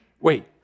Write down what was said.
wait